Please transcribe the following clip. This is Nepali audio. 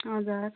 हजुर